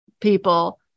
people